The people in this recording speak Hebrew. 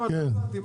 אם